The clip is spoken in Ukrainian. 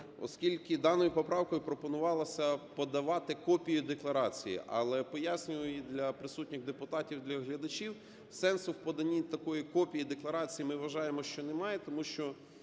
оскільки даною поправкою пропонувалося подавати копію декларації. Але пояснюю і для присутніх депутатів, і для глядачів: сенсу в поданні такої копії декларації ми вважаємо, що немає, тому що